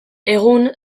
egun